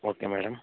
okay madam